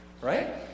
Right